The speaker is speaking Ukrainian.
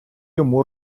йому